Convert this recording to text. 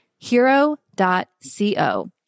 hero.co